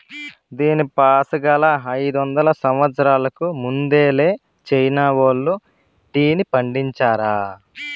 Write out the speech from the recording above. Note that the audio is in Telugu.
దీనిపాసుగాలా, అయిదొందల సంవత్సరాలకు ముందలే చైనా వోల్లు టీని పండించారా